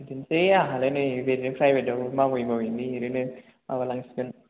बिदिनोसै आंहालाय नै प्राइभेटआवनो मावै मावैनो एरैनो माबालांसिगोन